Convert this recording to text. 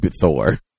Thor